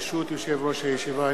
ברשות יושב-ראש הישיבה,